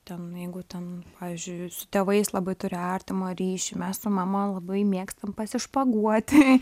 ten jeigu ten pavyzdžiui su tėvais labai turi artimą ryšį mes su mama labai mėgstam pasišpaguoti